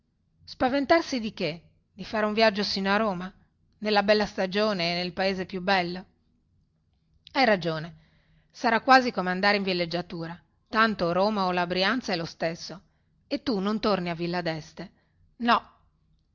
spaventarsi di che di fare un viaggio sino a roma nella bella stagione e nel paese più bello hai ragione sarà quasi come andare in villeggiatura tanto roma o la brianza è lo stesso e tu non torni a villa deste no